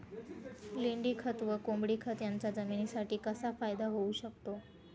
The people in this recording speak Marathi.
लेंडीखत व कोंबडीखत याचा जमिनीसाठी कसा फायदा होऊ शकतो?